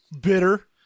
bitter